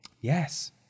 Yes